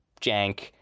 jank